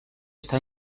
està